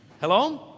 Hello